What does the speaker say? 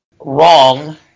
Wrong